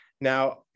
Now